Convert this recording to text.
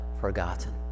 forgotten